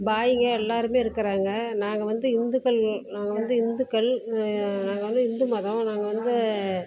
பாய்ங்க எல்லோருமே இருக்கிறாங்க நாங்கள் வந்து இந்துக்கள் நாங்கள் வந்து இந்துக்கள் நாங்கள் வந்து இந்து மதம் நாங்கள் வந்து